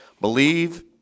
Believe